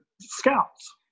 scouts